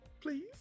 Please